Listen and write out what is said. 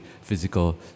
physical